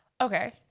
Okay